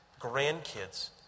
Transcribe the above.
grandkids